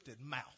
mouth